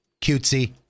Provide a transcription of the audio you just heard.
Cutesy